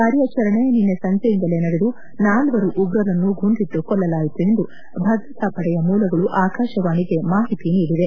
ಕಾರ್ಯಾಚರಣೆ ನಿನ್ನೆ ಸಂಜೆಯಿಂದಲೇ ನಡೆದು ನಾಲ್ವರು ಉಗ್ರರನ್ನು ಗುಂಡಿಟ್ಟು ಕೊಲ್ಲಲಾಯಿತು ಎಂದು ಭದ್ರತಾ ಪಡೆಯ ಮೂಲಗಳು ಆಕಾಶವಾಣಿಗೆ ಮಾಹಿತಿ ನೀಡಿವೆ